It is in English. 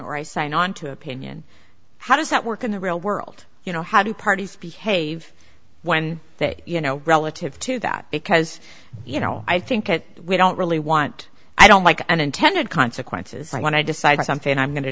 or i sign on to opinion how does that work in the real world you know how do parties behave when they you know relative to that because you know i think that we don't really want i don't like unintended consequences i want to decide something i'm going to